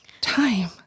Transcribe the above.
time